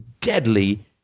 deadly